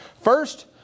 First